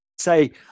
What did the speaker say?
Say